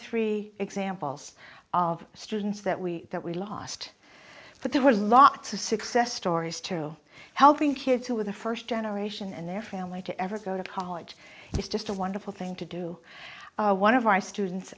three examples of students that we that we lost but there were lots of success stories too helping kids who were the first generation in their family to ever go to college it's just a wonderful thing to do one of